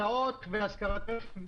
הסעות והשכרות רכב.